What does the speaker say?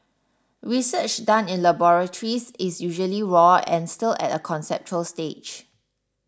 research done in laboratories is usually raw and still at a conceptual stage